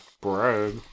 Bread